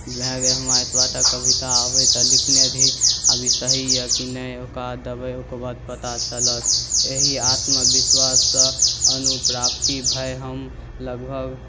भऽ गेल हमर एतबाटा कविता अबैत तऽ लिखने रही आब ई सही अइ कि नहि ओकरा देबै ओकरबाद पता चलत एहि आत्मविश्वाससँ अनुप्राप्ति भऽ हम लगभग